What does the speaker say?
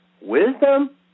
wisdom